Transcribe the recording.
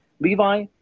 Levi